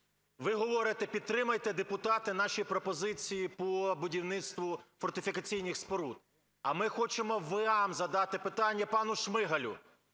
Ви говорите: підтримайте, депутати, наші пропозиції по будівництву фортифікаційних споруд. А ми хочемо вам задати питання і пану Шмигалю.